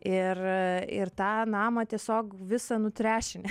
ir ir tą namą tiesiog visą nutrešini